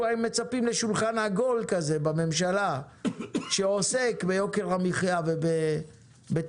מצפים לשולחן עגול כזה בממשלה שעוסק ביוקר המחיה ובתחרות,